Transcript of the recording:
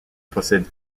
possède